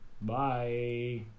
bye